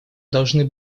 должны